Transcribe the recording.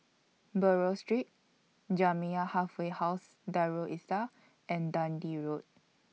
Buroh Street Jamiyah Halfway House Darul Islah and Dundee Road